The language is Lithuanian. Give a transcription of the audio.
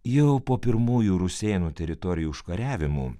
jau po pirmųjų rusėnų teritorijų užkariavimų